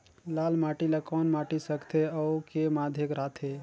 लाल माटी ला कौन माटी सकथे अउ के माधेक राथे?